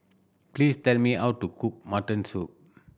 please tell me how to cook mutton soup